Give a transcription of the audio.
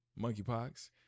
monkeypox